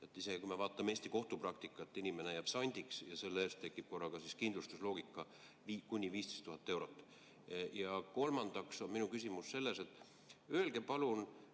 kui me vaatame Eesti kohtupraktikat – inimene jääb sandiks ja selle eest tekib korraga siis kindlustusloogika kuni 15 000 eurot. Ja kolmandaks on minu küsimus selles, et öelge palun,